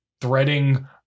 threading